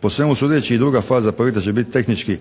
Po svemu sudeći i druga faza projekta će biti tehnički